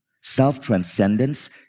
Self-transcendence